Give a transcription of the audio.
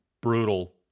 brutal